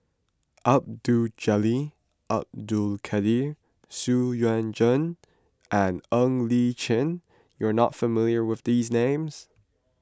Abdul Jalil Abdul Kadir Xu Yuan Zhen and Ng Li Chin you are not familiar with these names